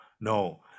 no